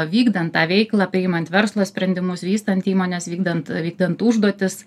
vykdant tą veiklą priimant verslo sprendimus vystant įmones vykdant vykdant užduotis